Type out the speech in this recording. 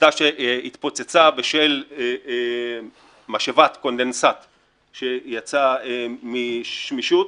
אסדה שהתפוצצה בשל משאבת קונדנסט שיצאה משמישות.